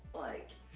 like.